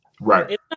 Right